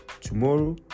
Tomorrow